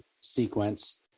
sequence